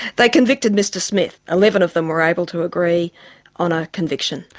they convicted mr smith, eleven of them were able to agree on a conviction.